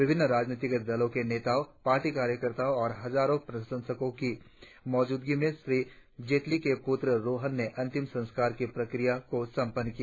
विभिन्न राजनीतिक दलों के नेताओं पार्टी कार्यकर्ताओं और हजारों प्रशंसकों की मौजूदगी में श्री जेटली के पुत्र रोहन ने अंतिम संस्कार की क्रियाओं को संपन्न किया